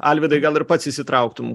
alvydai gal ir pats įsitrauktum